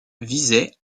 visait